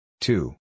Two